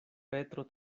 petro